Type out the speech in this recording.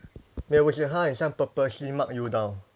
没有我是他很像 purposely mark you down